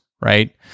right